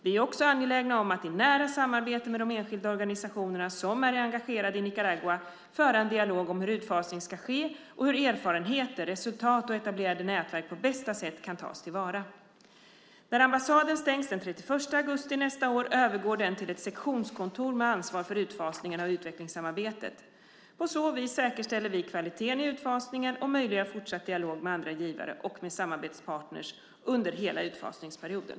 Vi är också angelägna om att i nära samarbete med de enskilda organisationer som är engagerade i Nicaragua föra en dialog om hur utfasningen ska ske och hur erfarenheter, resultat och etablerade nätverk på bästa sätt kan tas till vara. När ambassaden stängs den 31 augusti nästa år övergår den till ett sektionskontor med ansvar för utfasningen av utvecklingssamarbetet. På så vis säkerställer vi kvaliteten i utfasningen och möjliggör fortsatt dialog med andra givare och med samarbetspartner under hela utfasningsperioden.